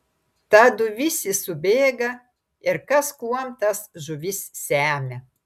tadu visi subėga ir kas kuom tas žuvis semia